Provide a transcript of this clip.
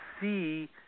see